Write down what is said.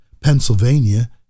Pennsylvania